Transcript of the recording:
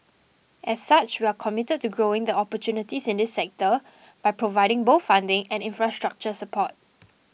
as such we are committed to growing the opportunities in this sector by providing both funding and infrastructure support